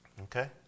Okay